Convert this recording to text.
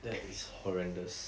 that is horrendous